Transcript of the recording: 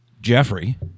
Jeffrey